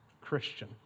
Christian